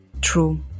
True